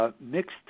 mixed